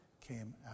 came